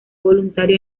voluntario